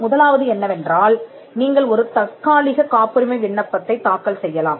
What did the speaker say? முதலாவது என்னவென்றால் நீங்கள் ஒரு தற்காலிக காப்புரிமை விண்ணப்பத்தைத் தாக்கல் செய்யலாம்